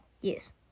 Yes